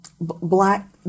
black